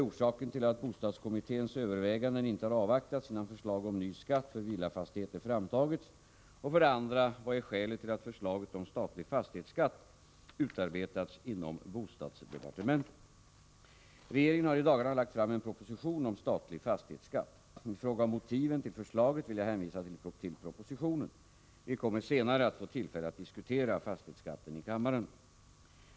Detta beslut utgjorde uppenbarligen inte något resultat av överväganden inom bostadskommittén. Förslaget hade i stället utarbetats inom bostadsdepartementet. 1. Vad är orsaken till att bostadskommitténs överväganden inte har avvaktats innan förslag om ny skatt för villafastigheter framtagits? 2.